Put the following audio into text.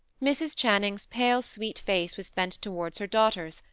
mrs. channing's pale, sweet face was bent towards her daughter's,